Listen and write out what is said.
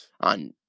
on